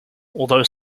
although